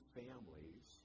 families